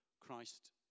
Christ